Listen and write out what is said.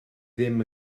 ddim